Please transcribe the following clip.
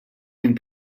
minn